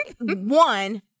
One